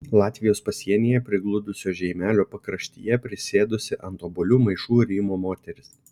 latvijos pasienyje prigludusio žeimelio pakraštyje prisėdusi ant obuolių maišų rymo moteris